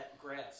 grass